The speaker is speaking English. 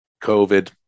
covid